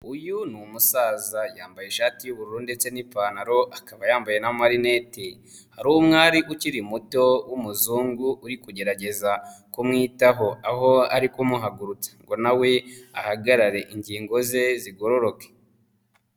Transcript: Uyu ni umusaza yambaye ishati y'ubururu ndetse n'ipantaro akaba yambaye n'amarinete, hari umwari ukiri muto w'umuzungu uri kugerageza kumwitaho, aho ari kumuhagurutsa ngo na we ahagarare ingingo ze zigororoke.